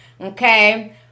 Okay